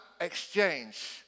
exchange